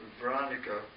Veronica